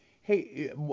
Hey